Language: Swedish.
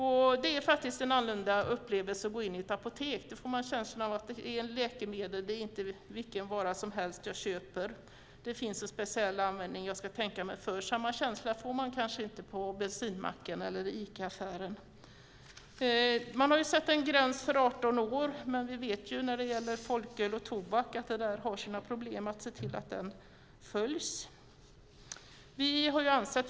Det är faktiskt en annorlunda upplevelse att gå in i ett apotek. Då får man en känsla av att det är fråga om läkemedel, inte vilken vara som helst, man köper. Det finns också en speciell användning av läkemedlet, och man ska tänka sig för. Samma känsla får man kanske inte på bensinmacken eller i Ica-affären. Det har satts en gräns på 18 år. Men vi vet att när det gäller folköl och tobak finns det problem med att följa åldersgränsen.